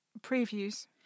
previews